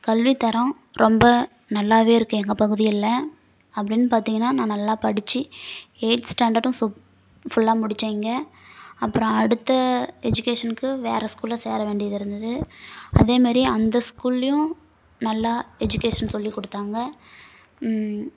கல்வித் தரம் ரொம்ப நல்லா இருக்கும் எங்கள் பகுதியில் அப்படின்னு பார்த்தீங்கன்னா நான் நல்லா படிச்சு எயித் ஸ்டாண்டர்டும் சூப் ஃபுல்லாக முடித்தேன் இங்கே அப்புறம் அடுத்த எஜுகேஷனுக்கு வேறு ஸ்கூலில் சேர வேண்டியது இருந்தது அதேமாரி அந்த ஸ்கூல்லையும் நல்லா எஜுகேஷன் சொல்லிக் கொடுத்தாங்க